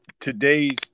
Today's